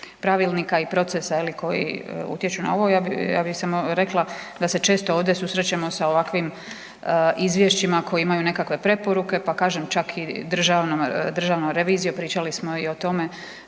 pravilnika i procesa koji utječu na ovo. Ja bih samo rekla da se često ovdje susrećemo sa ovakvim izvješćima koji imaju nekakve preporuke, pa kažem čak i Državna revizija, pričali smo o tome